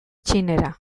txinera